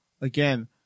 again